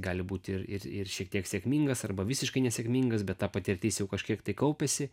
gali būti ir ir ir šiek tiek sėkmingas arba visiškai nesėkmingas bet ta patirtis jau kažkiek tai kaupiasi